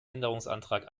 änderungsantrag